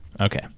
okay